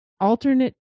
alternate